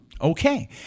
Okay